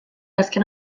azken